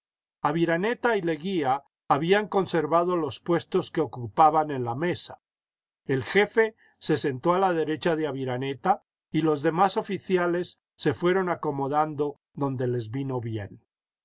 aviraneta y leguía habían conservado los puestos que ocupaban en la mesa el jefe se sentó a la derecha de aviraneta y los demás oficiales se fueron acomodando donde les vino bien